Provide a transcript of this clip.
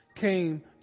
came